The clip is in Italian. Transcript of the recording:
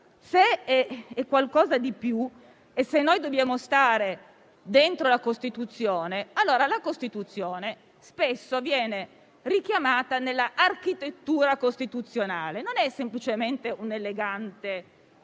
Se è qualcosa di più e se dobbiamo stare dentro la Costituzione, che spesso viene richiamata nell'architettura costituzionale e non è semplicemente un'elegante